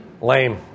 Lame